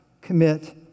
commit